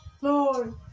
Lord